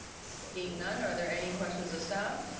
seeing none, are there any questions of staff?